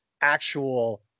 actual